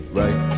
right